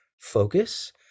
focus